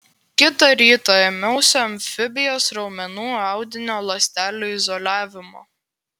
kitą rytą ėmiausi amfibijos raumenų audinio ląstelių izoliavimo